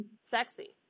sexy